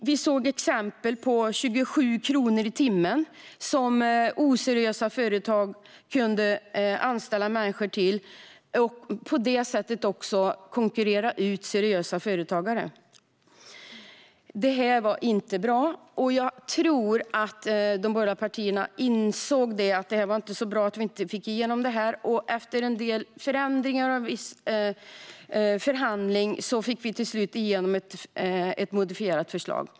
Vi såg exempel med löner på 27 kronor i timmen, som oseriösa företag kunde anställa människor för och på det sättet också konkurrera ut seriösa företagare. Det var inte bra. Jag tror att de borgerliga partierna insåg att det inte var så bra att vi inte fick igenom våra förslag. Efter en del förändringar och förhandling fick vi till slut igenom ett modifierat förslag.